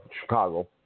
Chicago